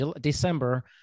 December